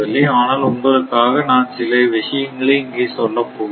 ஆனால் உங்களுக்காக நான் சில விஷயங்களை இங்கே சொல்லப் போகிறேன்